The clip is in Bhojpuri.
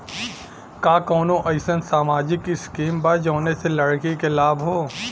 का कौनौ अईसन सामाजिक स्किम बा जौने से लड़की के लाभ हो?